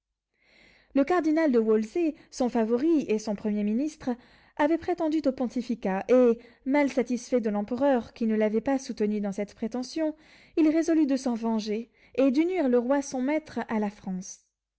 le cardinal de wolsey son favori et son premier ministre avait prétendu au pontificat et mal satisfait de l'empereur qui ne l'avait pas soutenu dans cette prétention il résolut de s'en venger et d'unir le roi son maître à la france